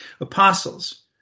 apostles